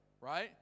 right